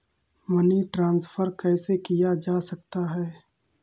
Money transfer कैसे किया जा सकता है?